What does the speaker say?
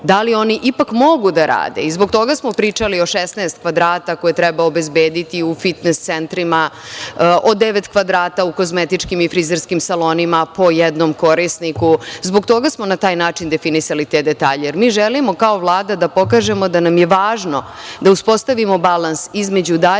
da li oni ipak mogu da rade. Zbog toga smo pričali o 16 kvadrata koje treba obezbediti u fitnes centrima, o devet kvadrata u kozmetičkim i frizerskim salonima po jednom korisniku. Zbog toga smo na taj način definisali te detalje, jer mi želimo kao Vlada da pokažemo da nam je važno da uspostavimo balans između daljeg